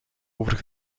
over